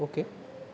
okay